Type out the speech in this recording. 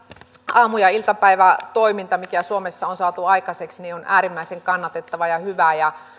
aamu ja iltapäivätoiminta mikä suomessa on saatu aikaiseksi on äärimmäisen kannatettavaa ja hyvää ja